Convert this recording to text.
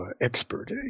expert